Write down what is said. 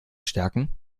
stärken